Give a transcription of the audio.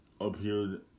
appeared